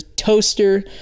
toaster